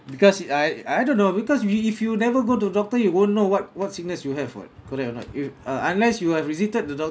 because I I don't know because we if you never go to the doctor you won't know what what sickness you have [what] correct or not if uh unless you have visited the doctor